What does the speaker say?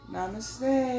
Namaste